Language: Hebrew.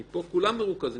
כי פה כולם מרוכזים,